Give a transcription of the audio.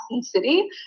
city